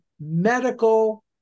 medical